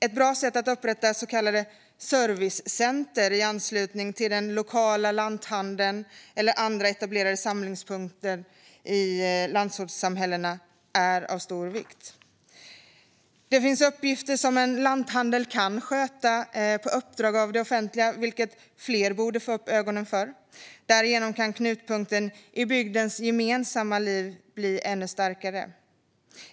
Ett bra sätt är att upprätta så kallade servicecenter i anslutning till den lokala lanthandeln eller andra etablerade samlingspunkter i landsortssamhällena. Det är av stor vikt. Det finns uppgifter som en lanthandel kan sköta på uppdrag av det offentliga, vilket fler borde få upp ögonen för. Därigenom kan knutpunkten i bygdens gemensamma liv bli ännu starkare.